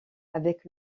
avec